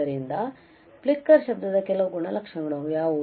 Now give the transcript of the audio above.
ಆದ್ದರಿಂದ ಫ್ಲಿಕ್ಕರ್ ಶಬ್ದದ ಕೆಲವು ಗುಣಲಕ್ಷಣಗಳು ಯಾವುವು